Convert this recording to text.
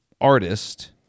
artist